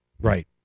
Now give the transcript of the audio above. Right